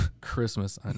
Christmas